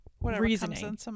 reasoning